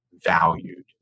valued